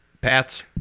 Pats